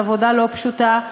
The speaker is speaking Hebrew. על עבודה לא פשוטה,